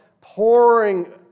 pouring